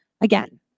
again